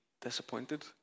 disappointed